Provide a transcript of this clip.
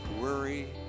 worry